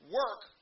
work